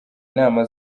inama